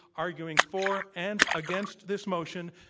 arguing for and against this motion,